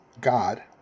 God